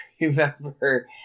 remember